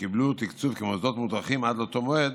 שקיבלו תקצוב כמוסדות מודרכים עד לאותו מועד